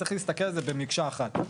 צריך להסתכל על זה במקשה אחת.